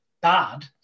bad